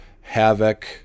havoc